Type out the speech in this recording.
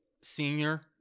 senior